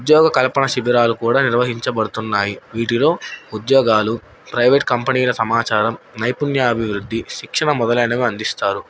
ఉద్యోగ కల్పన శిబిరాలు కూడా నిర్వహించబడుతున్నాయి వీటిలో ఉద్యోగాలు ప్రైవేట్ కంపెనీల సమాచారం నైపుణ్య అభివృద్ధి శిక్షణ మొదలైనవి అందిస్తారు